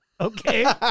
okay